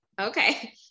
okay